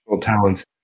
talents